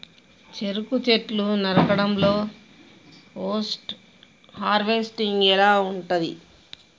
చెరుకు చెట్లు నరకడం లో పోస్ట్ హార్వెస్టింగ్ ఎలా ఉంటది?